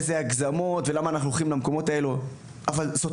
איזה הגזמות ולמה אנחנו הולכים למקומות האלה אבל זאת